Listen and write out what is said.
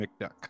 McDuck